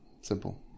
simple